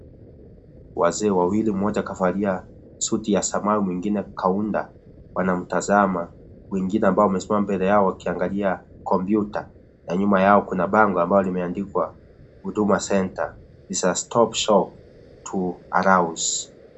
Wazee wawili mmoja kavalia suti ya samaa mwingine kaunda wanamtazama mwingine ambaye amesimama mbele yao wakiangalia kompyuta na nyuma yao kuna bango ambalo limeandikwa(cs) huduma centre is a stop shop too allows(cs).